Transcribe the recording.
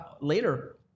later